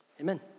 amen